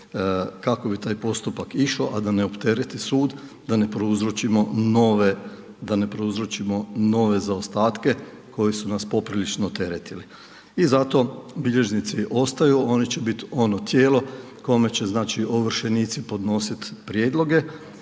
kako bi taj postupak išao da ne optereti sud, da ne prouzročimo nove zaostatke koji su nas poprilično teretili. I zato bilježnici ostaju, oni će biti ono tijelo kome će ovršenici podnositi prijedloge.